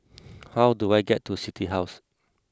how do I get to City House